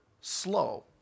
slow